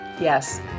Yes